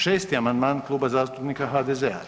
6. amandman Kluba zastupnika HDZ-a.